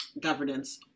governance